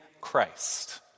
Christ